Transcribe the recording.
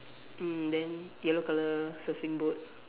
mm then yellow colour surfing board